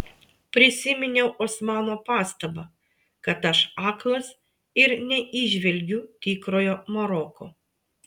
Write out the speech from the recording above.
prisiminiau osmano pastabą kad aš aklas ir neįžvelgiu tikrojo maroko